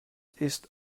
ist